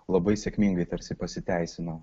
labai sėkmingai tarsi pasiteisino